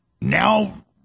now